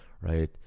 right